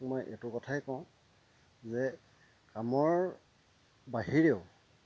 মই এইটো কথাই কওঁ যে কামৰ বাহিৰেও